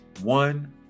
One